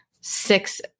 six